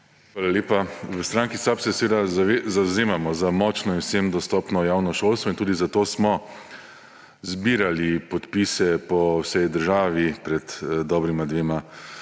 Hvala lepa. V stranki SAB se zavzemamo za močno in vsem dostopno javno šolstvo in tudi zato smo zbirali podpise po vsej državi pred dobrima dvema